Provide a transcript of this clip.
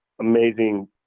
amazing